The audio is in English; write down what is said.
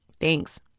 Thanks